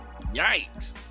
Yikes